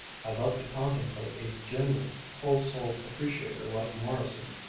i love to contemplate a genuine, whole-souled appreciator like morrison,